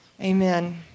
Amen